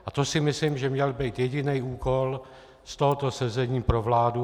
A to si myslím, že měl být jediný úkol z tohoto sezení pro vládu.